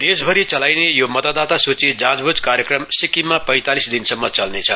देश भरि चलाइने यो मतदातासुची जाँचबुझ कार्यक्रम सिक्किममा पैतालिस दिन सम्म चल्ने छ